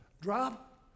Drop